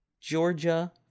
Georgia